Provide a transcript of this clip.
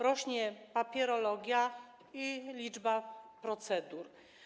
Rośnie papierologia i liczba procedur.